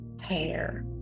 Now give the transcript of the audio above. Hair